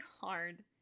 hard